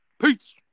Peace